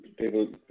people